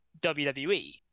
WWE